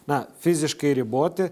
na fiziškai riboti